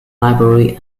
library